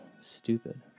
stupid